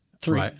Three